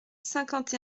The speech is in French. cinquante